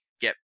get